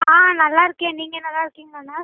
ஆ நல்லா இருக்கேன் நீங்கள் நல்லா இருக்கீங்களாங்க